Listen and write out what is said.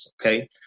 Okay